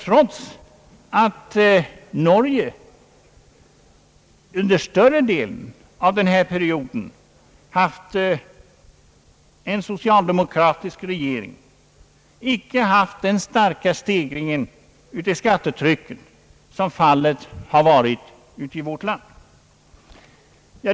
Trots att Norge under större delen av denna period har haft en socialdemokratisk regering, har landet inte haft den starka stegring av skattetrycket som vårt land.